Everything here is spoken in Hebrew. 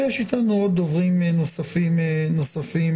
ויש איתנו עוד דוברים נוספים בזום,